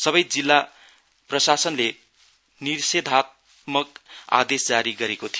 सबै जिल्ला प्रशासनले निशेधात्मक आदेश जारि गरेको छ